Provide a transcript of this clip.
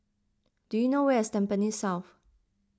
do you know where is Tampines South